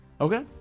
Okay